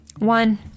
One